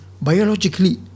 biologically